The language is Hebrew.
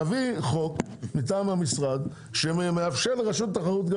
תביא חוק מטעם המשרד שמאפשר לרשות התחרות גם